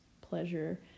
pleasure